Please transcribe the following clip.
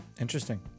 Interesting